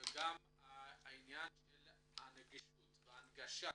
וגם העניין של הנגישות וההגשה,